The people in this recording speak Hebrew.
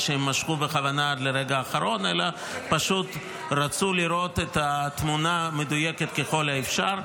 ההחלטה על המשך הפינוי חייבת להתבסס על עמדה של צה"ל ומערכת הביטחון.